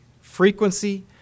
frequency